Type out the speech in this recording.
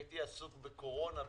הייתי עסוק בוועדת הקורונה,